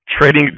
trading